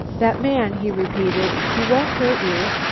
that man, he repeated, he won't hurt you.